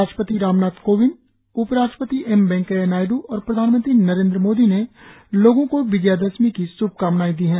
राष्ट्रपति रामनाथ कोविंड उपराष्ट्रपति एम वेकैंया नायड् और प्रधानमंत्री नरेंद्र मोदी ने लोगो को विजयादशमी की श्भकामनाए दी है